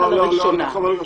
לא, לא.